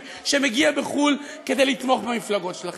שמגיע מחו"ל כדי לתמוך במפלגות שלכם,